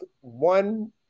one